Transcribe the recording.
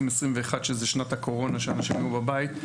שזו שנת הקורונה שאנשים היו בבית,